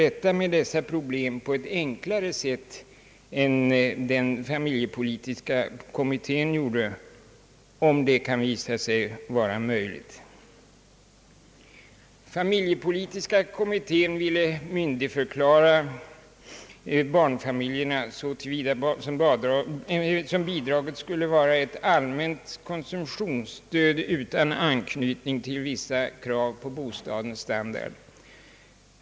rätta med dessa problem på ett enklare sätt än den familjepolitiska kommittén föreslog, om det kan visa sig vara möjligt. Familjepolitiska kommittén ville myndigförklara barnfamiljerna så till vida att bidraget skulle vara ett allmänt konsumtionsstöd utan anknytning till vissa krav på bostadens standard.